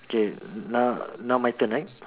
K now now my turn right